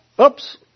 oops